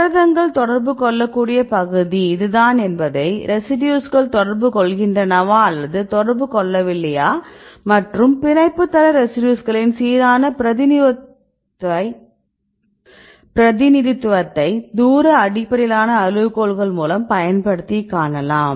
புரதங்கள் தொடர்பு கொள்ளக்கூடிய பகுதி இதுதான் என்பதை ரெசிடியூஸ்கள் தொடர்பு கொள்கின்றனவா அல்லது தொடர்பு கொள்ளவில்லையா மற்றும் பிணைப்பு தள ரெசிடியூஸ்களின் சீரான பிரதிநிதித்துவத்தை தூர அடிப்படையிலான அளவுகோல்களைப் பயன்படுத்தி காணலாம்